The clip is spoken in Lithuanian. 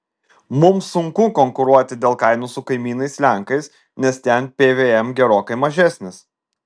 mums sunku konkuruoti dėl kainų su kaimynais lenkais nes ten pvm gerokai mažesnis